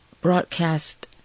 broadcast